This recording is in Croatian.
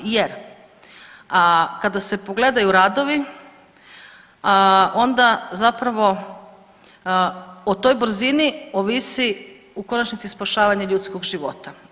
Jer kada se pogledaju radovi onda zapravo o toj brzini ovisi u konačnici spašavanje ljudskog života.